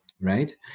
right